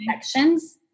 sections